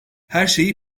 herşeyi